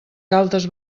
galtes